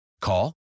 Call